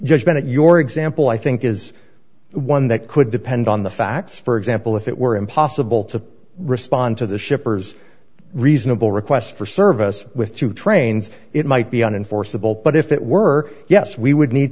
judgement your example i think is one that could depend on the facts for example if it were impossible to respond to the shippers reasonable requests for service with two trains it might be unenforceable but if it were yes we would need